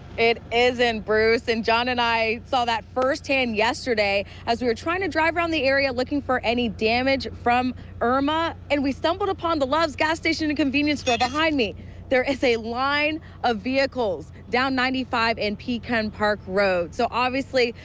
it isn't, bruce. and john and i saw that firsthand yesterday as we were trying to drive around the area looking for any damage from irma. and we stumbled upon the love's gas stationing and convenience store. behind me there is a line of vehicles down ninety five and pecan park road. so obviously,